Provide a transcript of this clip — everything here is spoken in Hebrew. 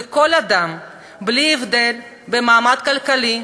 וכל אדם, בלי הבדל במעמד כלכלי,